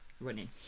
running